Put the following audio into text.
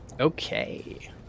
Okay